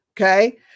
okay